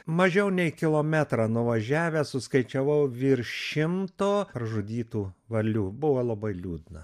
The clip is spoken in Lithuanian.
mažiau nei kilometrą nuvažiavęs suskaičiavau virš šimto pražudytų varlių buvo labai liūdna